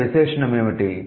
ఇక్కడ విశేషణం ఏమిటి